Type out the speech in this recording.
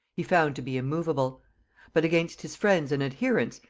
he found to be immovable but against his friends and adherents,